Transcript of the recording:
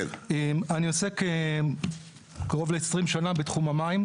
אני עוסק קרוב לעשרים שנה בתחום המים.